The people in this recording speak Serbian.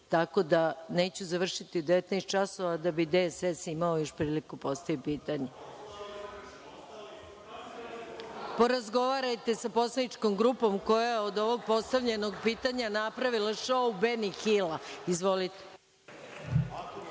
tako da neću završiti u 19,00 časova, da bi DSS imao priliku da postavi pitanje. Porazgovarajte sa poslaničkom grupom koja je od ovog postavljenog pitanja napravila Šou Ben Hila. Izvolite.